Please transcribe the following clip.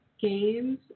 Games